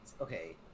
Okay